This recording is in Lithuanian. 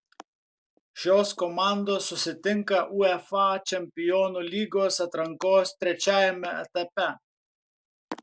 šios komandos susitinka uefa čempionų lygos atrankos trečiajame etape